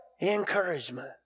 encouragement